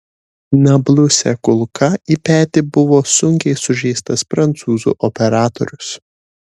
nabluse kulka į petį buvo sunkiai sužeistas prancūzų operatorius